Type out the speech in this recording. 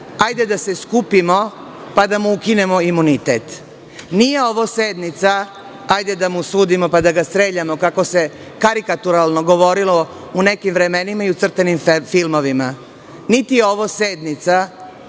hajde da se skupimo, pa da mu ukinemo imunitet. Nije ovo sednica hajde da mu sudimo, pa da ga streljamo, kako se karikaturalno govorilo u nekim vremenima i u crtanim filmovima. Niti je ovo sednica